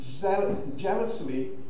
jealously